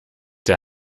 der